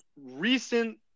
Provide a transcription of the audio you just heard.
recent